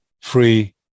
free